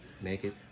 Naked